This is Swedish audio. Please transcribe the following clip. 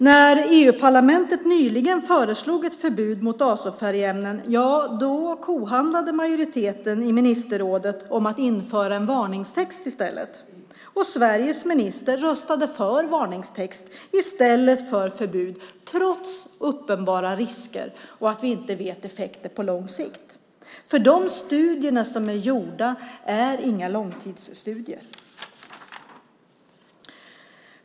När EU-parlamentet nyligen föreslog ett förbud mot azofärgämnen kohandlade majoriteten i ministerrådet om att införa en varningstext i stället, och Sveriges minister röstade för varningstext i stället för förbud trots uppenbara risker och att vi inte vet effekten på lång sikt. De studier som är gjorda är inga långtidsstudier.